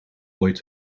ooit